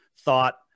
thought